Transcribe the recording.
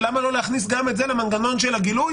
אבל למה לא להכניס גם את זה למנגנון של הגילוי?